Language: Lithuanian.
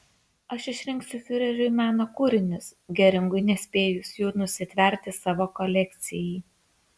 aš išrinksiu fiureriui meno kūrinius geringui nespėjus jų nusitverti savo kolekcijai